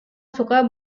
suka